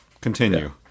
Continue